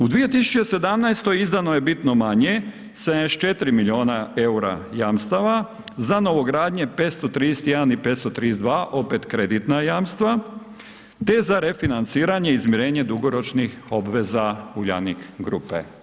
U 2017. izdano je bitno manje 74 milijuna eura jamstava za novogradnje 531 i 532 opet kreditna jamstva, te za refinanciranje i izmirenje dugoročnih obveza Uljanik grupe.